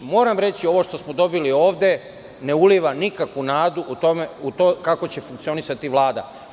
Moram reći, ovo što smo dobili ovde ne uliva nikakvu nadu u to kako će funkcionisati Vlada.